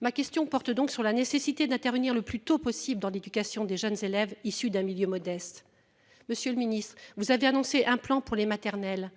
Ma question porte donc sur la nécessité d'intervenir le plus tôt possible dans l'éducation des jeunes élèves issus d'un milieu modeste. Monsieur le Ministre, vous avez annoncé un plan pour les maternelles.